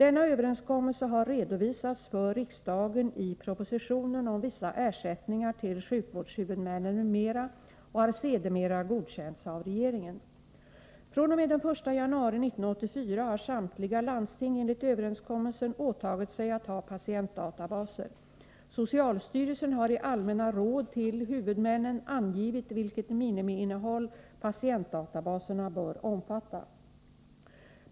Denna överenskommelse har redovisats för riksdagen i propositionen om vissa ersättningar till sjukvårdshuvudmännen, m.m. och har sedermera godkänts av regeringen. fr.o.m. den 1 januari 1984 har samtliga landsting enligt överenskommelsen åtagit sig att ha patientdatabaser. Socialstyrelsen har i allmänna råd till huvudmännen angivit vilket minimiinnehåll patientdatabaserna bör omfatta.